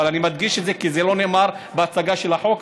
אבל אני מדגיש את זה כי זה לא נאמר בהצגה של החוק,